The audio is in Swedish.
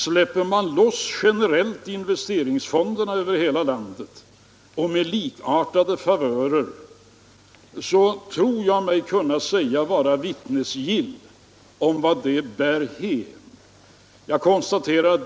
Jag tror mig vara vittnesgill när jag uttalar mig om vart det bär hän om man släpper loss investeringsfonderna generellt över hela landet och med likartade favörer.